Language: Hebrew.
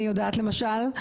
אני יודעת למשל,